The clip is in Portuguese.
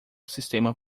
sistema